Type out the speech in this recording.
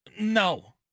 No